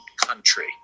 country